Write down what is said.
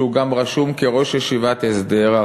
שגם רשום כראש ישיבת הסדר,